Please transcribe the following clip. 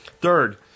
Third